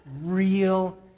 real